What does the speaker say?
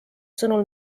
sõnul